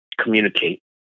communicate